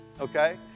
Okay